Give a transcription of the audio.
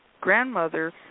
grandmother